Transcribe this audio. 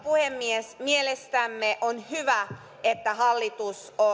puhemies mielestämme on hyvä että hallitus